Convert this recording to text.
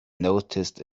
noticed